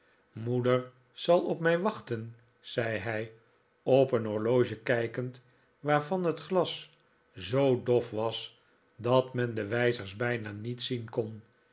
moeder zal op mij wachten zei hij op een horloge kijkend waarvan het glas zoo dof was dat men de wijzers bijna niet zien kon